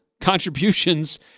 contributions